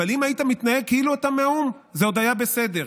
אבל אם היית מתנהג כאילו אתה מהאו"ם זה עוד היה בסדר,